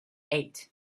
eight